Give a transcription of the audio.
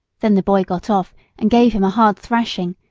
then the boy got off and gave him a hard thrashing,